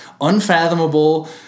unfathomable